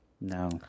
no